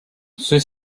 ceux